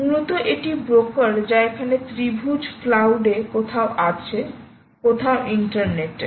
মূলত এটি ব্রোকার যা এখানে ত্রিভুজ ক্লাউড এ কোথাও আছে কোথাও ইন্টারনেটে